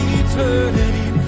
eternity